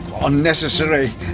unnecessary